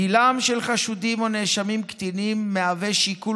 גילם של חשודים או נאשמים קטינים מהווה שיקול